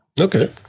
okay